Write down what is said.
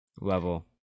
level